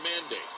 mandate